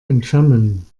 entfernen